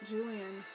Julian